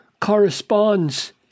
corresponds